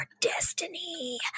destiny